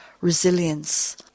resilience